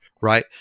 right